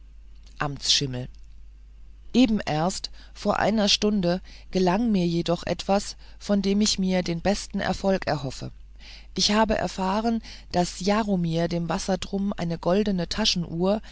amtsschimmel eben erst vor einer stunde gelang mir jedoch etwas von dem ich mir den besten erfolg erhoffe ich habe erfahren daß jaromir dem wassertrum eine goldene taschenuhr